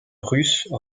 russe